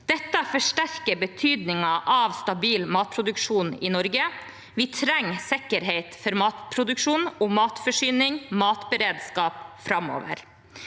Dette forsterker betydningen av stabil matproduksjon i Norge. Vi trenger sikkerhet for matproduksjon, matforsyning og matberedskap framover.